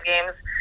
games